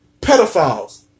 pedophiles